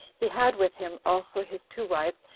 he had with him also his two wives,